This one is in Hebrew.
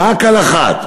רק על אחת,